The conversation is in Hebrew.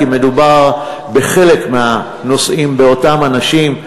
כי בחלק מהנושאים מדובר באותם אנשים.